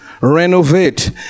renovate